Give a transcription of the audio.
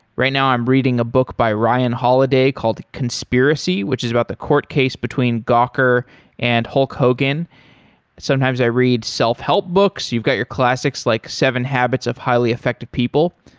right now i'm reading a book by ryan holiday called conspiracy, which is about the court case between gawker and hulk hogan sometimes i read self-help books. you've got your classics like seven habits of highly effective people,